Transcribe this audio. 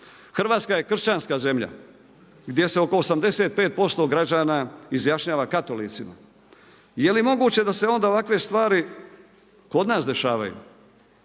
Hrvatska je kršćanska zemlja, gdje se oko 85% građana izjašnjava katolicima. I je li moguće da se onda ovakve stvari kod nas dešavaju,